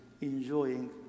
enjoying